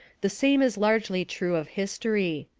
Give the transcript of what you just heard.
the same is largely true of history.